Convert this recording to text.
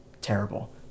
terrible